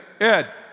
Ed